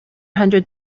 hundred